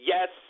Yes